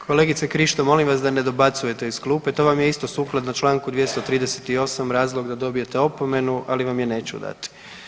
Kolegice Krišto molim vas da ne dobacujete iz klupe to vam je isto sukladno Članku 238. razlog da dobijete opomenu, ali vam je neću dati.